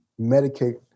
medicate